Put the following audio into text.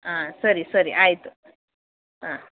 ಹಾಂ ಸರಿ ಸರಿ ಆಯಿತು ಹಾಂ